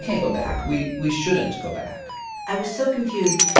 can't go back. we we shouldn't go back i was so confused.